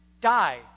die